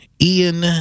Ian